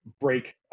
break